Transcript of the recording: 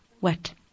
wet